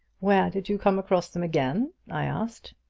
where did you come across them again? i asked.